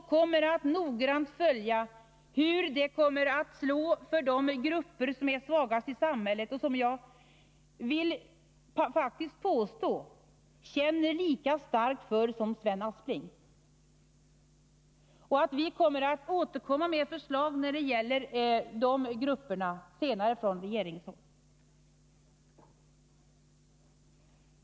Vi kommer också att noggrant följa hur statsverksamheten, den kommer att slå för de grupper som är svagast i samhället och som jag m.m. faktiskt vill påstå att jag känner lika starkt för som Sven Aspling. Vi återkommer senare med förslag från regeringen när det gäller de grupperna.